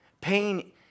Pain